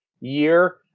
year